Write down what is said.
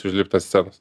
užlipt ant scenos